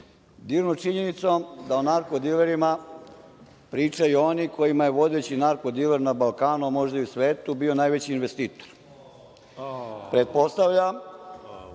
dirnut činjenicom da o narko-dilerima pričaju oni kojima je vodeći narko-diler na Balkanu, a možda i u svetu bio najveći investitor.